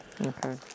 Okay